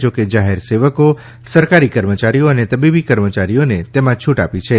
જોકે જાહેર સેવકો સરકારી કર્મચારીઓ અને તબીબી કર્મચારીઓને તેમાં છૂટ આપી છે